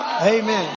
Amen